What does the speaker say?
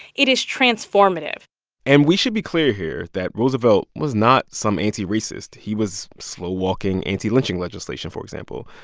it is transformative and we should be clear here that roosevelt was not some anti-racist. he was slow-walking, anti-lynching legislation, for example.